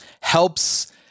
helps